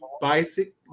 bicycle